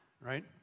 right